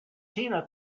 tina